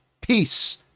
peace